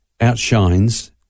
outshines